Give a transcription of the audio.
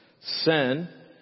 sin